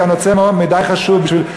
כי הנושא מדי חשוב בשביל,